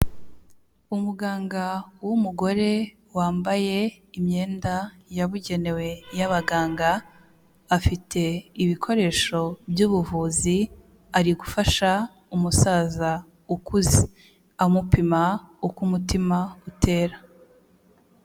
Umuganga w'umugore wambaye imyenda yabugenewe y'abaganga, afite ibikoresho by'ubuvuzi ari gufasha umusaza ukuze amupima uko umutima utera.